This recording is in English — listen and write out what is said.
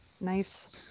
Nice